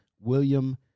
William